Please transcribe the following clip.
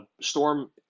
Storm